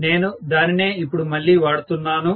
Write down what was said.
నేను దానినే ఇప్పుడు మళ్ళీ వాడుతున్నాను